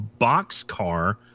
boxcar